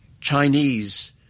Chinese